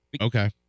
Okay